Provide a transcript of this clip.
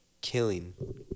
killing